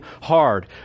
hard